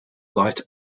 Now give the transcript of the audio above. light